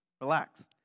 Relax